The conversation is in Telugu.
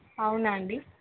అవునండి